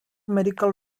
medical